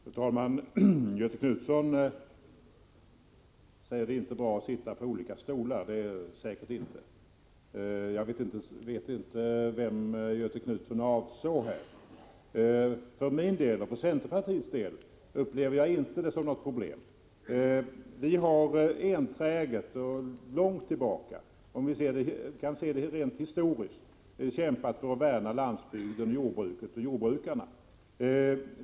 Fru talman! Göthe Knutson säger att det inte är bra att sitta på olika stolar, och det är det säkert inte. Jag vet inte vem han avsåg med det uttalandet. För min och för centerns del anser jag inte detta vara något problem. Vi har enträget sedan lång tid tillbaka kämpat för att värna landsbygden, jordbruket och jordbrukarna.